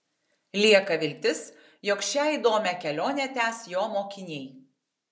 lieka viltis jog šią įdomią kelionę tęs jo mokiniai